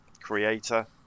creator